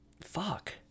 fuck